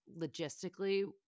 logistically